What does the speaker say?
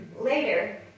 Later